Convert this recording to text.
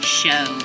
show